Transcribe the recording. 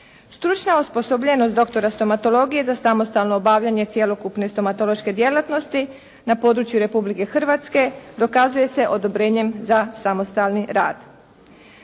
Stručna osposobljenost doktora stomatologije za samostalno obavljanje cjelokupne stomatološke djelatnosti na području Republike Hrvatske dokazuje se odobrenjem za samostalni rad.